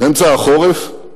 באמצע החורף,